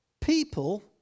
People